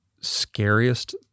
scariest